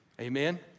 Amen